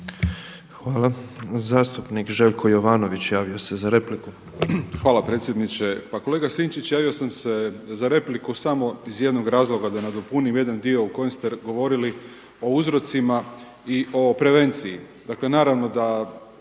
Hvala. Zastupnik Željko Jovanović javio se za repliku. **Jovanović, Željko (SDP)** Hvala predsjedniče. Pa kolega Sinčić, javio sam se za repliku samo iz jednog razloga da nadopunim jedan dio u kojem ste govorili o uzrocima i o prevenciji.